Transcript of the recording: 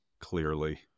clearly